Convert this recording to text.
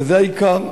וזה העיקר.